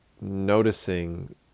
noticing